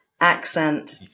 accent